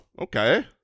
Okay